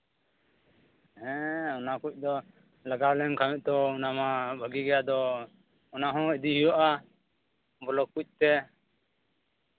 ᱦᱮᱸ ᱚᱱᱟ ᱠᱚ ᱫᱚ ᱞᱟᱜᱟᱣ ᱞᱮᱱᱠᱷᱟᱱ ᱢᱟᱜᱛᱚ ᱚᱱᱟ ᱢᱟ ᱵᱷᱟᱹᱜᱤ ᱜᱮ ᱟᱫᱚ ᱚᱱᱟ ᱦᱚᱸ ᱤᱫᱤ ᱦᱩᱭᱩᱜᱼᱟ ᱵᱞᱚᱠ ᱠᱚ ᱛᱮ